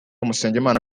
musengimana